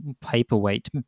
paperweight